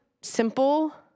simple